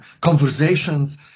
conversations